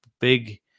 big